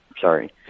Sorry